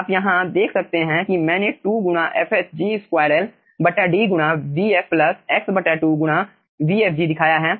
आप यहां देख सकते हैं कि मैंने 2 गुणा fh G2 L बटा D गुणा vf प्लस x2 गुणा vfg दिखाया है